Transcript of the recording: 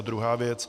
Druhá věc.